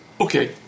Okay